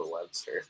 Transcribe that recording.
Webster